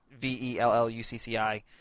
V-E-L-L-U-C-C-I